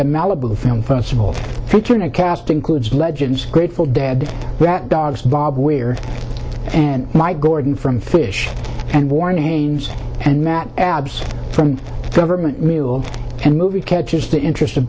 the malibu film festival featuring a cast includes legends grateful dead rat dogs bob weird and my gordon from fish and warnings and matt from government and movie catches the interest of